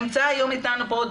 נמצאים היום איתנו כאן